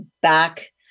back